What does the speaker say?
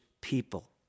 people